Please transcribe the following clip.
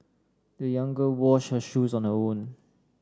the young girl washed her shoes on her own